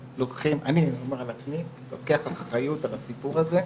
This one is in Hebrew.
אני אומר על עצמי לוקח אחריות על הסיפור הזה,